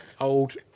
Old